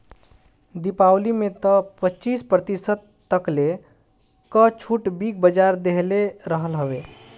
दीपावली में तअ पचास प्रतिशत तकले कअ छुट बिग बाजार देहले रहल हवे